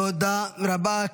תודה רבה.